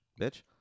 bitch